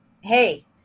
hey